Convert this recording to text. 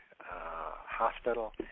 hospital